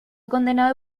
condenado